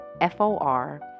F-O-R